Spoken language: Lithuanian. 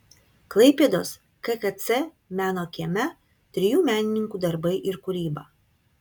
klaipėdos kkc meno kieme trijų menininkų darbai ir kūryba